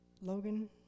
Logan